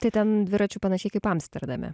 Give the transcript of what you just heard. tai ten dviračių panašiai kaip amsterdame